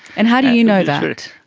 and how do you know that?